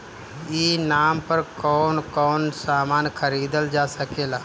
ई नाम पर कौन कौन समान खरीदल जा सकेला?